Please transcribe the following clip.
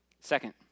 Second